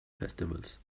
festivals